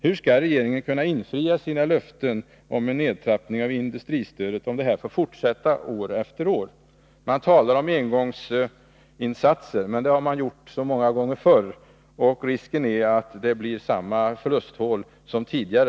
Hur skall regeringen kunna infria sina löften om en nedtrappning av industristödet om detta får fortsätta år efter år? Man talar om engångsinsatser, men det har man gjort så många gånger förr. Risken är att pengarna rullas ner i samma förlusthål som tidigare.